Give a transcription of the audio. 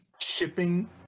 shipping